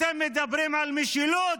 אתם מדברים על משילות?